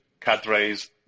cadres